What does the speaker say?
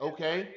Okay